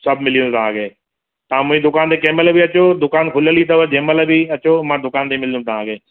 सभु मिली वेंदो तव्हांखे तव्हां मुंहिंजी दुकान ते कंहिं महिल बि अचो दुकान खुलियल ई अथव जंहिं महिल बि अचो मां दुकान ते मिलंदमि तव्हांखे